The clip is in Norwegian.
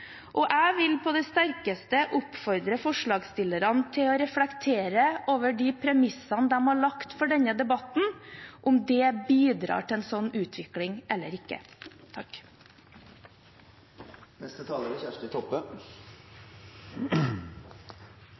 Jeg vil på det sterkeste oppfordre forslagsstillerne til å reflektere over om de premissene de har lagt for denne debatten, bidrar til en slik utvikling eller ikke. I februar 2016 kom meldinga om at det er